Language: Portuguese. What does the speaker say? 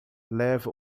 leve